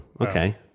okay